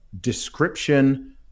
description